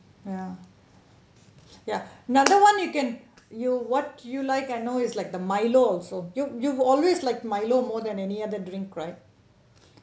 ya ya another one you can you what you like I know is like the milo also you you've always like milo more than any other drink right